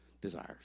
desires